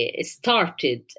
started